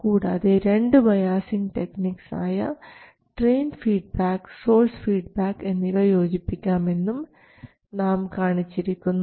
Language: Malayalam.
കൂടാതെ രണ്ട് ബയാസിംഗ് ടെക്നിക്സ് ആയ ഡ്രയിൻ ഫീഡ്ബാക്ക് സോഴ്സ് ഫീഡ്ബാക്ക് എന്നിവ യോജിപ്പിക്കാം എന്നും നാം കാണിച്ചിരിക്കുന്നു